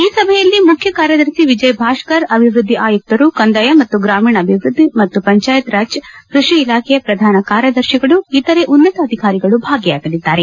ಈ ಸಭೆಯಲ್ಲಿ ಮುಖ್ಯ ಕಾರ್ಯದರ್ಶಿ ವಿಜಯಭಾಸ್ಕರ್ ಅಭಿವೃದ್ಧಿ ಆಯುಕ್ತರು ಕಂದಾಯ ಮತ್ತು ಗ್ರಾಮೀಣಾಧಿವೃದ್ಧಿ ಮತ್ತು ಪಂಚಾಯತ್ ರಾಜ್ ಕೃಷಿ ಇಲಾಖೆಯ ಪ್ರಧಾನ ಕಾರ್ಯದರ್ಶಿಗಳು ಇತರೆ ಉನ್ನತ ಅಧಿಕಾರಿಗಳು ಭಾಗಿಯಾಗಲಿದ್ದಾರೆ